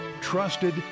Trusted